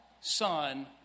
Son